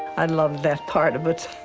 i loved that part of it.